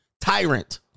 tyrant